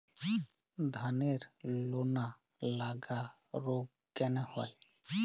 ধানের লোনা লাগা রোগ কেন হয়?